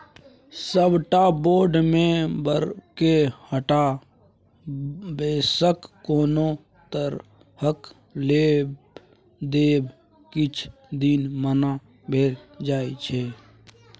सबटा बोर्ड मेंबरके हटा बैंकसँ कोनो तरहक लेब देब किछ दिन मना भए जाइ छै